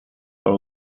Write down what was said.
for